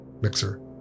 mixer